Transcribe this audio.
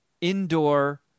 indoor